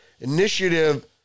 initiative